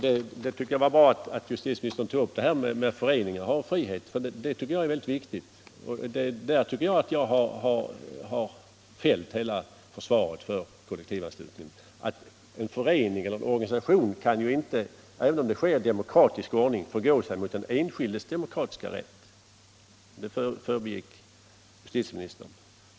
Jag tycker det var bra att justitieministern tog upp detta med att föreningarna har frihet. På den punkten tycker jag dock att jag fällt hela försvaret för kollektivanslutningen. Även om det sker i demokratisk ordning kan ju inte en förening eller organisation få lov att förgå sig emot den enskildes demokratiska rätt. Det förbigick justitieministern.